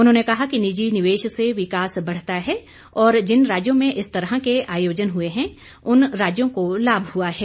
उन्होंने कहा कि निजी निवेश से विकास बढ़ता है और जिन राज्यों में इस तरह के आयोजन हुए हैं उन राज्यों को लाभ हुआ है